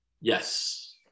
Yes